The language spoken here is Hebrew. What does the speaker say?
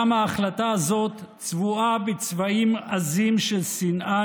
גם ההחלטה הזאת צבועה בצבעים עזים של שנאה,